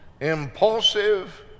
Impulsive